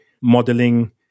modeling